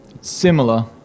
similar